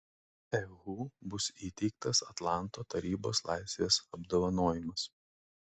ehu bus įteiktas atlanto tarybos laisvės apdovanojimas